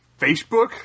Facebook